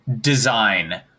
design